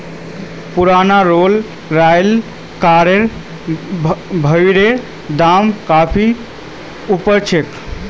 पुराना Rolls Royce कारेर भविष्येर दाम काफी ऊपर छे